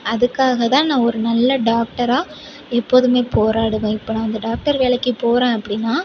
அதுக்காக தான் நான் ஒரு நல்ல டாக்டராக எப்போதுமே போறாடுவேன் இப்போ நான் அந்த டாக்டர் வேலைக்கு போகிறேன் அப்படினா